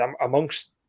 amongst